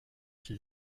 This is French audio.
qui